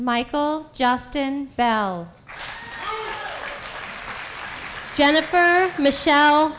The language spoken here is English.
michael justin bell jennifer michelle